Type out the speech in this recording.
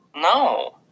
No